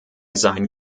seinen